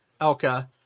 Elka